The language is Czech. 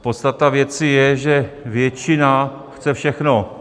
Podstata věci je, že většina chce všechno.